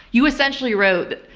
you essentially wrote,